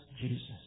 Jesus